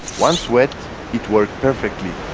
once wet it worked perfectly